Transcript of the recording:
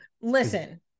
listen